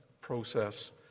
process